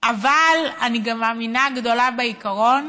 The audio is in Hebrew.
אבל אני גם מאמינה גדולה בעיקרון